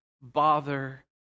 bother